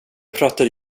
pratade